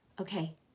Okay